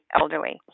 elderly